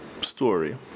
story